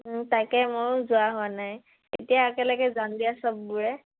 তাকে ময়ো যোৱা হোৱা নাই এতিয়া একেলগে যাম দিয়া চববোৰে